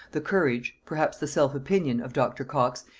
the courage, perhaps the self opinion, of dr. cox,